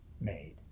made